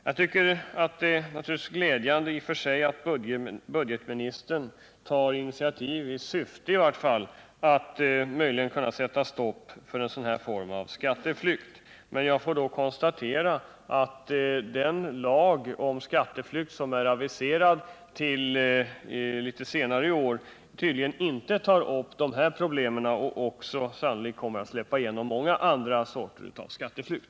Naturligtvis är det i och för sig glädjande att budgetministern tar initiativ i varje fall till att stoppa denna form av skatteflykt, men jag måste konstatera att den lag om skatteflykt som är aviserad att framläggas något senare i år tydligen inte tar upp dessa problem och att den sannolikt också kommer att släppa igenom många andra sorter av skatteflykt.